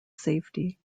safety